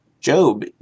Job